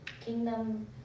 kingdom